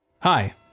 Hi